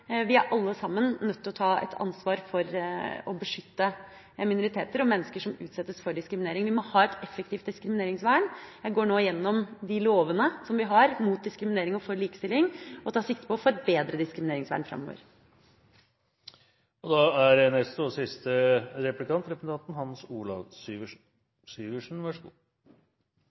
vi er alle sammen nødt til å ta et ansvar for å beskytte minoriteter og mennesker som utsettes for diskriminering. Vi må ha et effektivt diskrimineringsvern. Jeg går nå igjennom de lovene som vi har mot diskriminering og for likestilling, og tar sikte på å få et bedre diskrimineringsvern